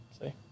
See